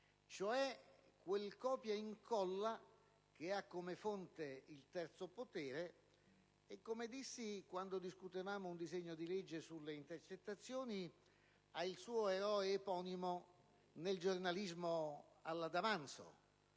cioè quel copia ed incolla che ha come fonte il terzo potere e, come dissi quando discutevamo un disegno di legge sulle intercettazioni, ha il suo eroe eponimo: parlo del giornalismo alla D'Avanzo.